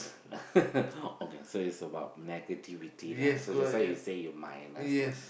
okay so it's about negativity lah so just now you say you minus lah